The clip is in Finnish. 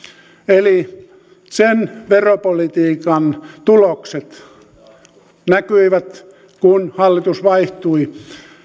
eli sen veropolitiikan tulokset näkyivät kun hallitus vaihtui